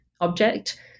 object